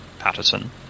Patterson